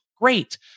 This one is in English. great